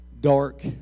dark